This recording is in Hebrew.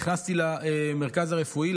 נכנסתי למרכז הרפואי,